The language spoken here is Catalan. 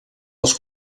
als